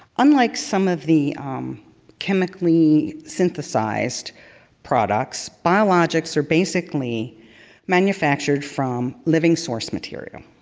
unlike some of the chemically synthesized products, biologics are basically manufactured from living source material,